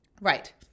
Right